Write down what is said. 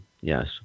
yes